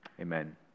Amen